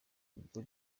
ubwo